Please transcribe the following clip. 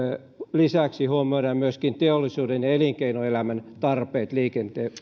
lisäksi huomioidaan myöskin teollisuuden ja elinkeinoelämän tarpeet liikenteen